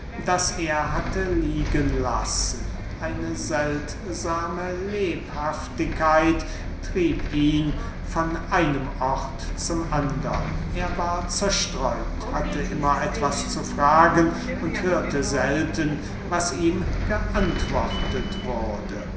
das er hatte liegen lassen eine seltsame lebhaftigkeit trieb ihn von einem ort zum andern er war zerstreut hatte immer etwas zu fragen und hörte selten was ihm geantwortet wurde